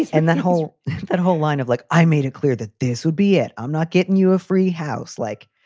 and that whole that whole line of like i made it clear that this would be it. i'm not giving you a free house. like,